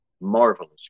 Marvelous